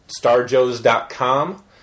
starjoes.com